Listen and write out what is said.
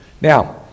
Now